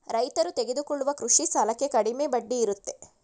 ರೈತರು ತೆಗೆದುಕೊಳ್ಳುವ ಕೃಷಿ ಸಾಲಕ್ಕೆ ಕಡಿಮೆ ಬಡ್ಡಿ ಇರುತ್ತೆ